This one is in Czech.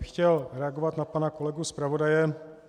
Chtěl bych reagovat na pana kolegu zpravodaje.